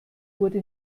wurde